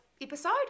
episode